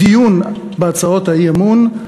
בדיון בהצעות האי-אמון,